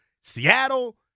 Seattle